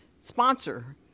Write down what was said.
sponsor